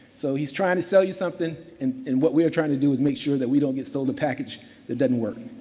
so, he's trying to sell you something. and and what we're trying to do is make sure that we don't get sold a package that didn't work.